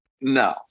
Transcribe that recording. no